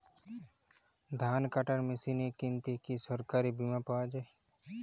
ধান কাটার মেশিন কিনতে কি সরকারী বিমা পাওয়া যায়?